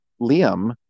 Liam